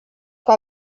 que